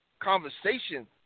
conversation